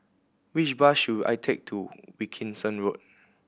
which bus should I take to Wilkinson Road